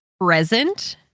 present